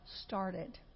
started